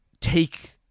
take